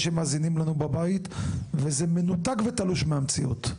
ששומע אותנו בבית וזה מנותק ותלוש מהמציאות.